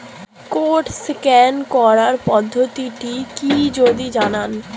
Code scan করার পদ্ধতিটি কি যদি জানান?